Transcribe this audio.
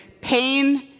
pain